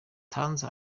tonzi